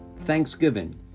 Thanksgiving